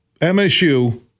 MSU